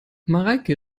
mareike